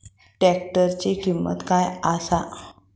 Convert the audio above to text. ट्रॅक्टराची किंमत काय आसा?